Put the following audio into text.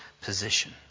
position